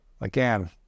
Again